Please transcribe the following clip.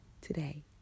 today